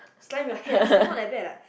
slime your head ah not that bad lah